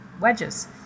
wedges